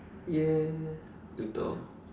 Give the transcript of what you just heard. ya later lor